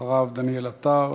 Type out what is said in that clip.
אחריו, דניאל עטר,